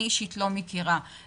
אני, אישית, לא מכירה את